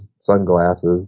sunglasses